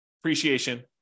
appreciation